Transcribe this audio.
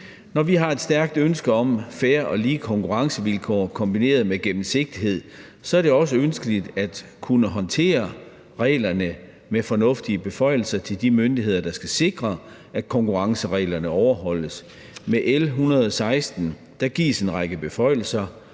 Når vi har et stærkt ønske om fair og lige konkurrencevilkår kombineret med gennemsigtighed, er det også ønskeligt at kunne håndtere reglerne med fornuftige beføjelser til de myndigheder, der skal sikre, at konkurrencereglerne overholdes. Med L 116 gives en række beføjelser: